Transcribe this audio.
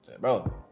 Bro